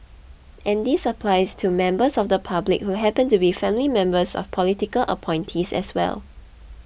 and this applies to members of the public who happen to be family members of political appointees as well